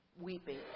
weeping